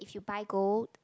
if you buy gold